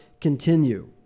continue